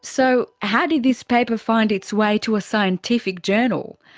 so how did this paper find its way to a scientific journal?